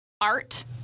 art